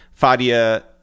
Fadia